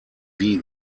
wie